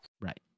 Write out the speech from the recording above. Right